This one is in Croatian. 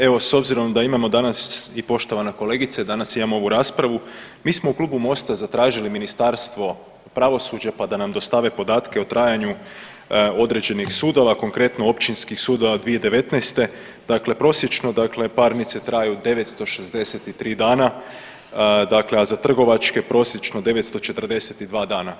Evo s obzirom da imamo danas i poštovana kolegice danas imamo ovu raspravu, mi smo u klubu Mosta zatražili Ministarstvo pravosuđa pa dam dostave podatke o trajanju određenih sudova, konkretno općinskih sudova 2019., dakle prosječno parnice traju 963 dana, a za trgovačke prosječno 942 dana.